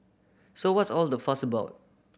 so what's all the fuss about